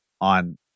on